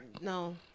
no